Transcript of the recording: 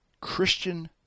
Christian